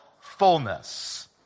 fullness